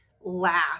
laugh